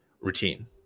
routine